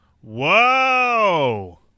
Whoa